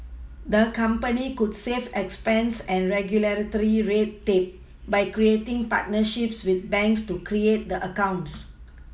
the company could save expense and regulatory red tape by creating partnerships with banks to create the accounts